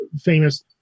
famous